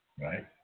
right